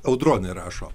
audronė rašo